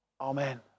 Amen